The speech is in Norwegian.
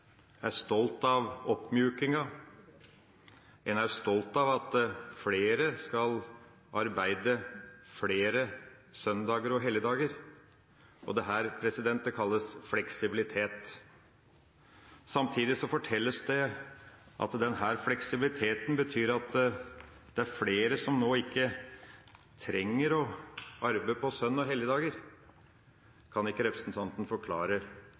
Regjeringa er stolt av oppmjukinga, en er stolt av at flere skal arbeide flere søndager og helligdager, og dette kalles fleksibilitet. Samtidig fortelles det at denne fleksibiliteten betyr at det er flere som nå ikke trenger å arbeide på søn- og helligdager. Kan ikke representanten